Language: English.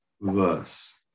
verse